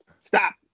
Stop